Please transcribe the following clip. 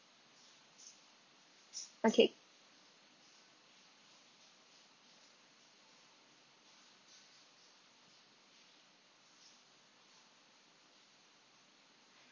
okay